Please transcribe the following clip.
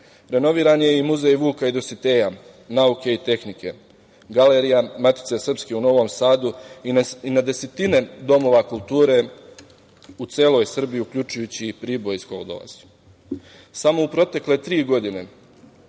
Renoviran je i muzej Vuka i Dositeja, nauke i tehnike, Galerija Matice srpske u Novom Sadu i na desetine domova kulture u celoj Srbiji, uključujući i Priboj iz kog dolazim. Samo u protekle tri godine